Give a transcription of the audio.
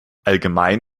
allgemein